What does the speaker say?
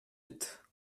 êtes